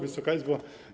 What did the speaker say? Wysoka Izbo!